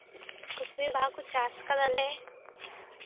ᱠᱩᱥᱵᱤ ᱵᱟᱦᱟ ᱠᱚ ᱪᱟᱥ ᱠᱟᱫᱟᱞᱮ